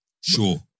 Sure